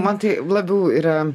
man tai labiau yra